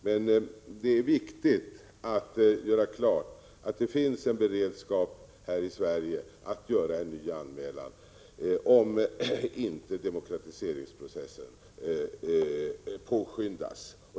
Det är emellertid viktigt att slå fast att det finns en beredskap här i Sverige att göra en ny anmälan om inte demokratiseringsprocessen påskyndas.